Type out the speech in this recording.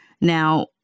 Now